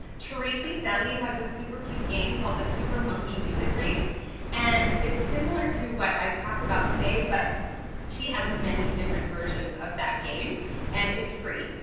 tracy selley has this super cute game called the super monkey music race and it's similar to what i've talked about today but she has many different versions of that game and it's free,